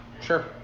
Sure